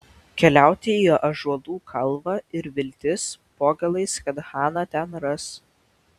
keliauti į ąžuolų kalvą ir viltis po galais kad haną ten ras